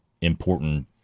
important